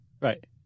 Right